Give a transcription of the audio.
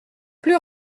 plus